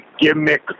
gimmick